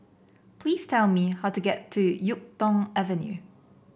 please tell me how to get to YuK Tong Avenue